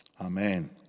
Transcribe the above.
Amen